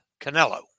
Canelo